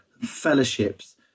fellowships